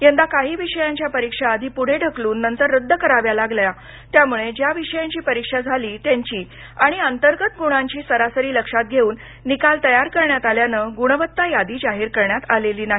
यंदा काही विषयांच्या परीक्षा आधि पुढे ढकलून नंतर रद्द कराव्या लागल्या त्यामुळे ज्या विषयांची परीक्षा झाली त्यांची आणि अंतर्गत गुणांची सरासरी लक्षात घेऊन निकाल तयार करण्यात आल्यानं गुणवत्ता यादी जाहीर करण्यात आलेली नाही